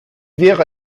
wäre